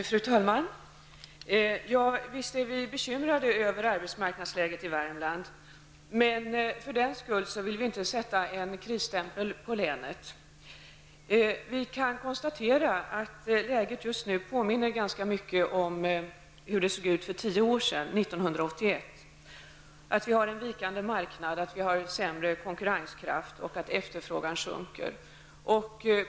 Fru talman! Visst är vi bekymrade över arbetsmarknadsläget i värmland. Men för den skull vill vi inte sätta en krisstämpel på länet. Vi kan konstatera att läget just nu påminner ganska mycket om hur det såg ut för tio år sedan, 1981, då vi hade en vikande marknad, sämre konkurrenskraft och sjunkande efterfrågan.